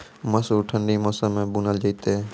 मसूर ठंडी मौसम मे बूनल जेतै?